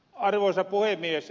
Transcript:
arvoisa puhemies